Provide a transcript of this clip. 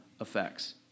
effects